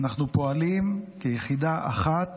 אנחנו פועלים כיחידה אחת.